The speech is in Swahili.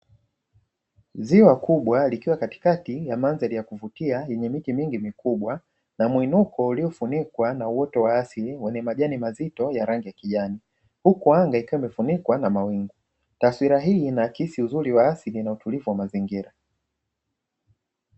Ziwa kubwa likiwa katikati ya mandhari ya kuvutia yenye miti mingi mikubwa na mwinuko uliofunikwa na uoto wa asili wenye majani mazito ya rangi ya kijani, huku anga likiwa limefunikwa na mawingu. Taswira hii inaakisi uzuri wa asili na utulivu wa mazingira.